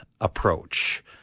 approach